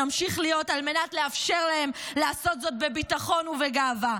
נמשיך לחיות על מנת לאפשר להם לעשות זאת בביטחון ובגאווה.